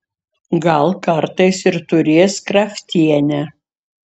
gal kartais ir turės kraftienė